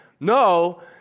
No